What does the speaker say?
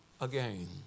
again